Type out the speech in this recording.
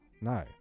No